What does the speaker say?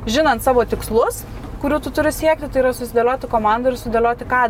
žinant savo tikslus kurių tu turi siekti tai yra susidėlioti komandą ir sudėlioti ką